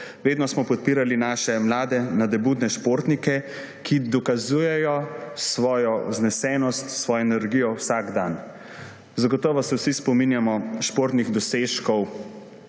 vedno smo podpirali naše mlade, nadobudne športnike, ki dokazujejo svojo vznesenost, svojo energijo vsak dan. Zagotovo se vsi spominjamo športnih dosežkov